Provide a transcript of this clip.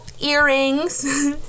earrings